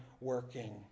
working